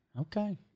Okay